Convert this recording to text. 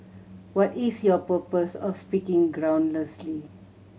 what is your purpose of speaking groundlessly